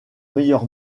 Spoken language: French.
meilleur